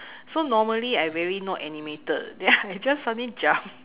so normally I very not animated then I just suddenly jump